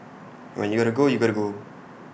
when you gotta go you gotta go